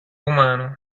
humano